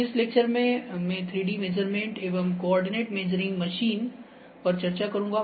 इस लेक्चर में मैं 3D मेज़रमेंट्स एवं कोआर्डिनेट मेजरिंग मशीन पर चर्चा करूंगा